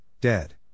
dead